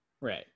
Right